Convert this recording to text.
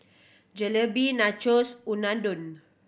Jalebi Nachos Unadon